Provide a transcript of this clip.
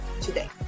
today